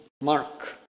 Mark